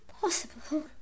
possible